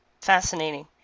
Fascinating